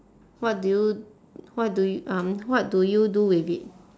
what do you what do y~ um what do you do with it